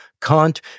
Kant